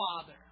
Father